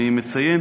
אני מציין